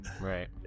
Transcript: right